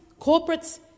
corporates